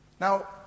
Now